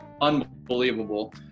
unbelievable